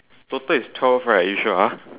total is twelve right you sure ah